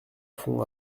fond